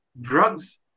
drugs